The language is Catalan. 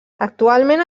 actualment